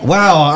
Wow